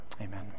amen